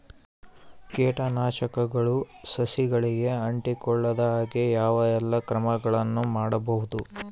ಕೇಟನಾಶಕಗಳು ಸಸಿಗಳಿಗೆ ಅಂಟಿಕೊಳ್ಳದ ಹಾಗೆ ಯಾವ ಎಲ್ಲಾ ಕ್ರಮಗಳು ಮಾಡಬಹುದು?